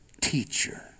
teacher